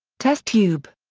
test tube.